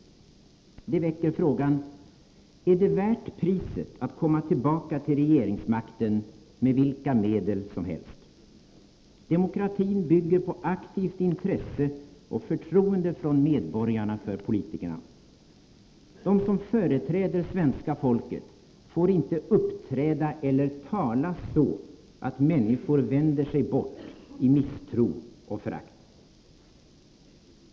Det väcker frågan: Är det värt priset att komma tillbaka till regeringsmakten med vilka medel som helst? Demokratin bygger på aktivt intresse och förtroende från medborgarna för politikerna. De som företräder svenska folket får inte uppträda eller tala så, att människor vänder sig bort i misstro och förakt.